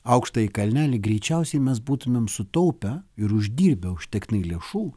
aukštąjį kalnelį greičiausiai mes būtumėm sutaupę ir uždirbę užtektinai lėšų